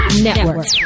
Network